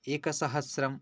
एकसहस्रं